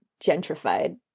gentrified